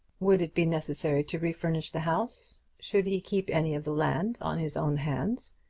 would it be necessary to refurnish the house? should he keep any of the land on his own hands?